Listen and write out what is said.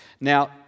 Now